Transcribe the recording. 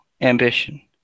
ambition